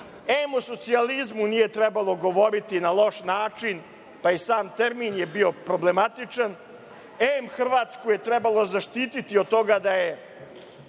Em u socijalizmu nije trebalo govoriti na loš način, pa i sam termin je bio problematičan, em je Hrvatsku trebalo zaštititi od toga da je